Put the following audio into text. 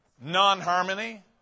non-harmony